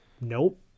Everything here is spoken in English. Nope